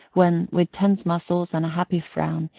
when, with tense muscles and happy frown,